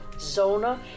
Zona